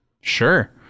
Sure